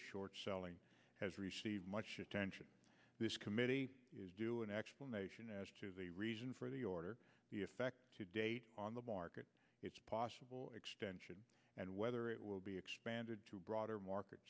short selling has received much attention this committee is do an explanation as to the reason for the order the effect to date on the market its possible extension and whether it will be expanded to broader market